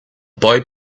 boy